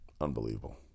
Unbelievable